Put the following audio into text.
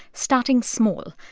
starting small,